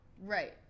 Right